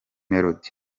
melody